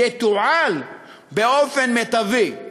יתועל באופן מיטבי.